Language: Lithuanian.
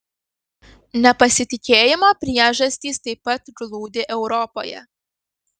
nepasitikėjimo priežastys taip pat glūdi europoje